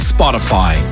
Spotify